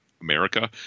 america